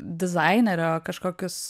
dizainerio kažkokius